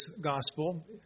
Gospel